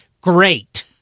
great